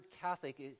Catholic